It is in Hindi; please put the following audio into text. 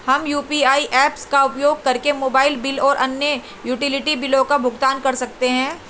हम यू.पी.आई ऐप्स का उपयोग करके मोबाइल बिल और अन्य यूटिलिटी बिलों का भुगतान कर सकते हैं